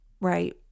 Right